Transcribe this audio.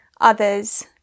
others